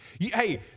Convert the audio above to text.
hey